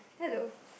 hello